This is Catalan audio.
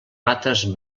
rates